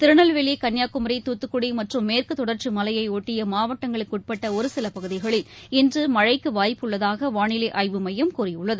திருநெல்வேலி கன்னியாகுமரி தூத்துக்குடி மற்றும் மேற்கு தொடர்ச்சி மலையை ஒட்டிய மாவட்டங்களுக்கு உட்பட்ட ஒரு சில பகுதிகளில் இன்று மழைக்கு வாய்ப்பு உள்ளதாக வானிலை ஆய்வு மையம் கூறியுள்ளது